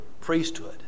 priesthood